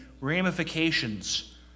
ramifications